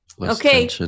okay